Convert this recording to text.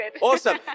Awesome